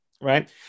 right